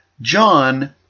John